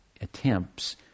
attempts